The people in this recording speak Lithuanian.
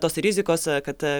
tos rizikos kad